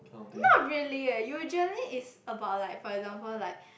not really eh usually is about like for example like